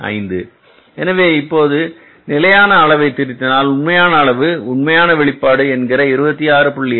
5 எனவே இப்போது நிலையான அளவை திருத்தினால் உண்மையான அளவு உண்மையான வெளிப்பாடு என்கிற 26